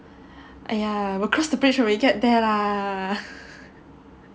!aiya! we will cross the bridge when we get there lah